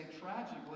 tragically